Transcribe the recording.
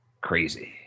Crazy